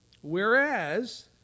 Whereas